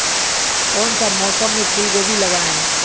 कौन सा मौसम में फूलगोभी लगाए?